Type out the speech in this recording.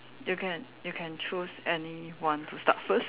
you can you can choose any one to start first